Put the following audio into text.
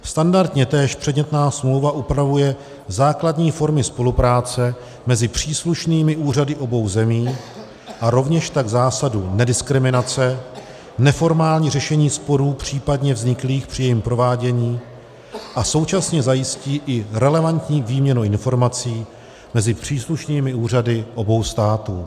Standardně též předmětná smlouva upravuje základní formy spolupráce mezi příslušnými úřady obou zemí a rovněž tak zásadu nediskriminace, neformální řešení sporů případně vzniklých při jejím provádění a současně zajistí i relevantní výměnu informací mezi příslušnými úřady obou států.